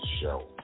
Show